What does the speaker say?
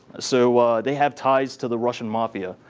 so they have ties to the russian mafia.